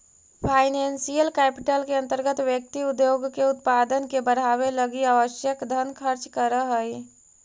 financial capital के अंतर्गत व्यक्ति उद्योग के उत्पादन के बढ़ावे लगी आवश्यक धन खर्च करऽ हई